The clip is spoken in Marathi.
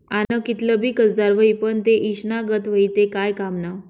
आन्न कितलं भी कसदार व्हयी, पन ते ईषना गत व्हयी ते काय कामनं